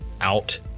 out